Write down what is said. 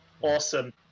Awesome